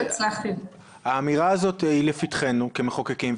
האמירה הזו היא לפתחנו כמחוקקים,